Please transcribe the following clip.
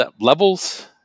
levels